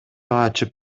ачып